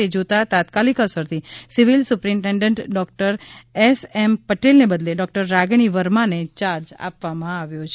તે જોતા તાત્કાલીક અસરથી civil superintendent Dr S M પટેલને બદલે ડો રાગીણી વર્માને ચાર્જ આપવામાં આવ્યો છે